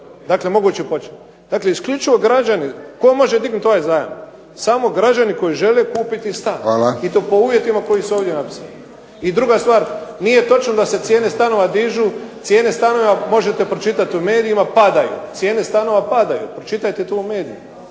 Dakle mogući poček. Dakle isključivo građani. Tko može dignuti ovaj zajam? Samo građani koji žele kupiti stan, i to po uvjetima koji su ovdje napisani. I druga stvar, nije točno da se cijene stanova dižu. Cijene stanova možete pročitati u medijima padaju. Cijene stanova padaju. Pročitajte to u medijima.